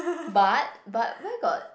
but but where got